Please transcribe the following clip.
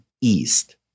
east